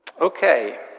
Okay